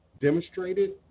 demonstrated